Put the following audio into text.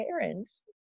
parents